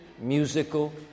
musical